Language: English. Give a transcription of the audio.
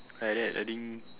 like that I think